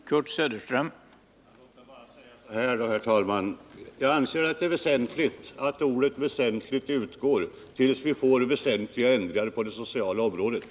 Herr talman! Låt mig då avsluta med att säga så här, herr talman: Jag anser att det är väsentligt att ordet ”väsentligt” utgår, tills vi får väsentliga ändringar på det sociala området.